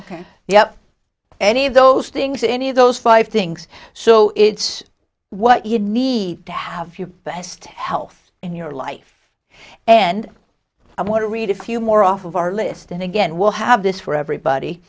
up any of those things any of those five things so it's what you need to have your best health in your life and i want to read a few more off of our list and again we'll have this for everybody